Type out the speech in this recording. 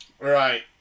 Right